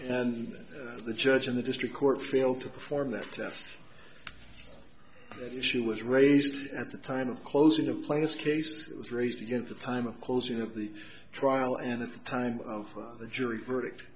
and the judge in the district court failed to perform that test she was raised at the time of closing the plaintiff's case was raised against the time of closing of the trial and at the time of the jury verdict